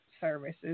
services